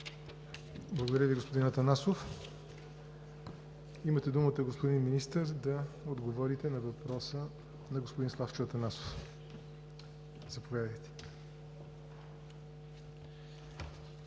Благодаря Ви, господин Атанасов. Имате думата, господин Министър, да отговорите на въпроса на господин Славчо Атанасов. Заповядайте.